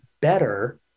better